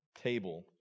table